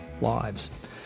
lives